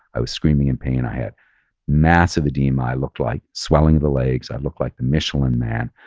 i was screaming in pain. i had massive edema. i looked like swelling of the legs. i looked like the michelin man.